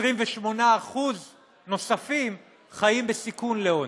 28% נוספים חיים בסיכון לעוני,